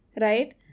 right